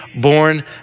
born